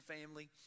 family